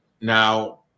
Now